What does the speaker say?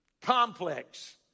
complex